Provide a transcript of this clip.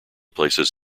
places